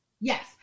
Yes